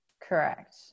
Correct